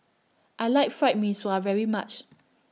I like Fried Mee Sua very much